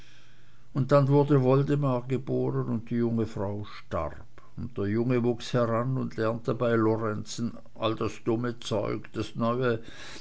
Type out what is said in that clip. und dann wurde woldemar geboren und die junge frau starb und der junge wuchs heran und lernte bei lorenzen all das dumme zeug das neue